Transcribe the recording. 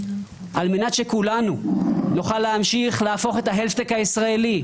ועל מנת שכולנו נמשיך להפוך את ההלט'-טק הישראלי,